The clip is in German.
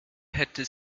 hätte